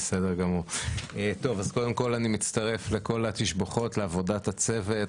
קודם כל אני מצטרף לכל התשבחות על עבודת הצוות.